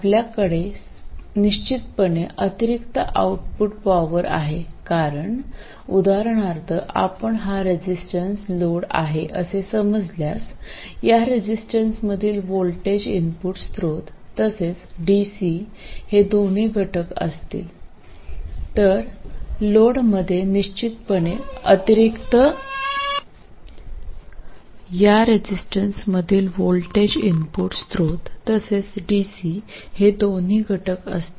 आपल्याकडे निश्चितपणे अतिरिक्त आउटपुट पॉवर आहे कारण उदाहरणार्थ आपण हा रेजिस्टन्स लोड आहे असे समजल्यास या रेजिस्टन्समधील व्होल्टेज इनपुट स्रोत तसेच डीसी हे दोन्ही घटक असतील